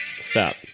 Stop